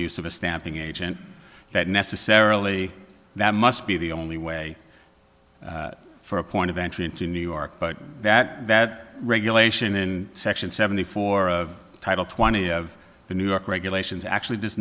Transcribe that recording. use of a stamping agent that necessarily that must be the only way for a point of entry into new york but that that regulation in section seventy four of title twenty of the new york regulations actually does